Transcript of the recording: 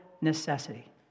necessity